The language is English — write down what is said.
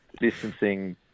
distancing